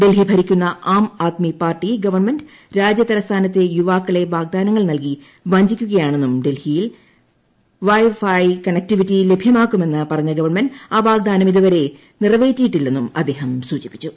ഡൽഹി ഭരിക്കുന്നു Aam Aadmi party government രാജ്യതലസ്ഥാനത്തെ യൂവ്ാക്കളെ വാഗ്ദാനങ്ങൾ നൽകി വഞ്ചിക്കുകയാണെന്നൂറ് സ്ൽഹിയിൽ വൈ ഫൈ കണക്ടിവിറ്റി ലഭ്യമാക്കുമെന്ന് പറഞ്ഞ് ഗവൺമെന്റ് ആ വാഗ്ദാനം ഇതുവരെ നിറവേറ്റിയിട്ടില്ലെന്നും അദ്ദേഹം സൂചിപ്പിച്ചു